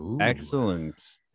Excellent